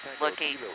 looking